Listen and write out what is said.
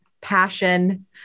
passion